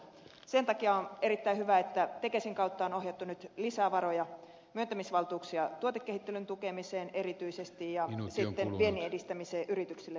sen takia on erittäin hyvä että tekesin kautta on ohjattu nyt lisävaroja myöntämisvaltuuksia tuotekehittelyn tukemiseen erityisesti ja sitten vienninedistämiseen yrityksille myöskin kansainvälistymishankkeitten kautta